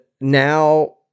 now